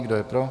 Kdo je pro?